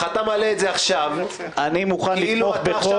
אבל אתה מעלה אותו עכשיו כאילו אתה עכשיו